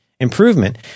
improvement